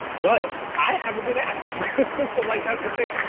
but i haven't been asked to like. that's the thing.